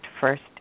first